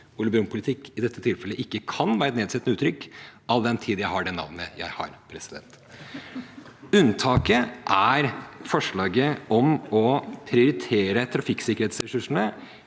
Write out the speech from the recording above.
Ole Brumm-politikk i dette tilfellet ikke kan være et nedsettende uttrykk, all den tid jeg har det navnet jeg har. (Munterhet i salen.) Unntaket er forslaget om å prioritere mer av trafikksikkerhetsressursene